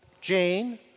Jane